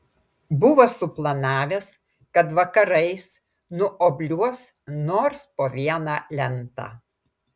buvo suplanavęs kad vakarais nuobliuos nors po vieną lentą